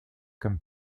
comme